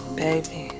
baby